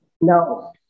No